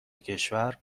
کشور